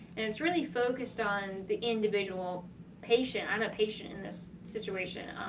and it's really focused on the individual patient. i'm a patient in this situation,